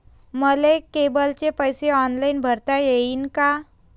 मले केबलचे पैसे ऑनलाईन भरता येईन का?